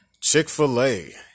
Chick-fil-A